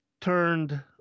turned